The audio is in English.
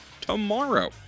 tomorrow